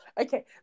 okay